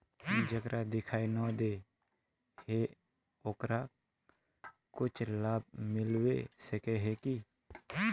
जेकरा दिखाय नय दे है ओकरा कुछ लाभ मिलबे सके है की?